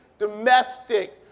domestic